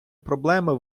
проблеми